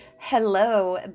hello